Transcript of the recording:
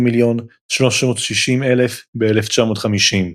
ו-18,360,000 ב-1950.